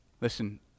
Listen